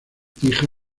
hija